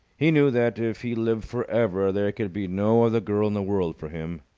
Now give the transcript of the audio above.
he knew that, if he lived for ever, there could be no other girl in the world for him.